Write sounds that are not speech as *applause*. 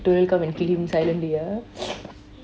toyol come and kill him silently ah *noise*